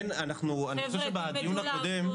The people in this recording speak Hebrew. אני חושב שבדיון הקודם